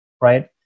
right